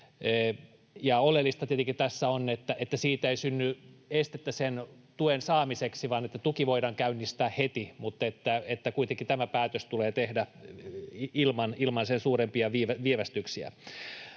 Oleellista tietenkin tässä on, että siitä ei synny estettä sen tuen saamiseksi, vaan että tuki voidaan käynnistää heti, mutta kuitenkin tämä päätös tulee tehdä ilman sen suurempia viivästyksiä.